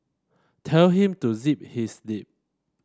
tell him to zip his lip